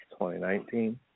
2019